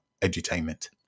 Edutainment